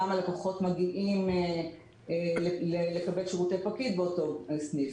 כמה לקוחות מגיעים לקבל שירותי פקיד באותו סניף,